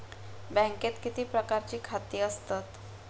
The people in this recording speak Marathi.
बँकेत किती प्रकारची खाती असतत?